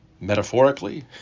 metaphorically